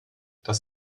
das